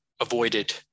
avoided